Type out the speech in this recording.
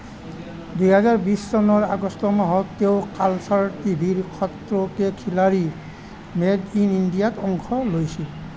দুহেজাৰ বিছ চনৰ আগষ্ট মাহত তেওঁ কালাৰ্ছ টিভিৰ খটৰো কে খিলাড়ী মেড ইন ইণ্ডিয়াত অংশ লৈছিল